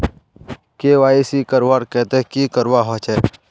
KYC करवार केते की करवा होचए?